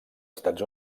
estats